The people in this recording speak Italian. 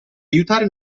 aiutare